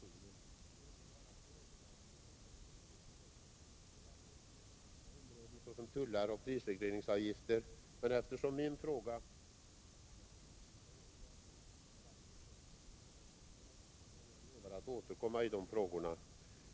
Det är inte bara på övervakningens område det brister. Det gäller också inom andra områden, såsom beträffande tullar och prisregleringsavgifter. Men eftersom min fråga gäller tillsyn och övervakning kan de spörsmålen inte tas upp här. Jag lovar dock att återkomma i de frågorna.